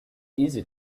easy